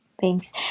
thanks